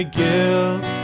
guilt